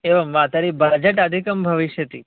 एवं वा तर्हि बज्जेट् अधिकं भविष्यति